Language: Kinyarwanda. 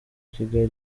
kigali